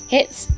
Hits